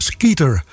Skeeter